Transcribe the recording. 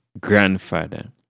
grandfather